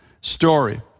story